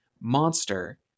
monster